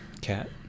cat